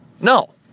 No